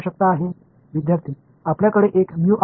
மாணவர் உங்களுக்கு ஒரு mu r கிடைத்துள்ளது குறிப்பு நேரம் 1831